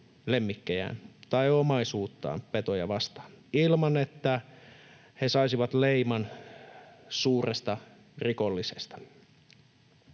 lemmikkejään tai omaisuuttaan petoja vastaan ilman, että he saisivat suuren rikollisen